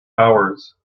hours